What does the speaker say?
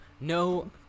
No